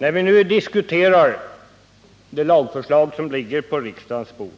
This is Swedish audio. När vi nu diskuterar det lagförslag som ligger på riksdagens bord